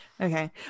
okay